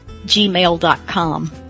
Gmail.com